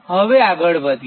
હવે આગળ વધીએ